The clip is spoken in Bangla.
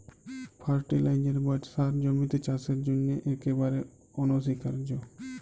ফার্টিলাইজার বা সার জমির চাসের জন্হে একেবারে অনসীকার্য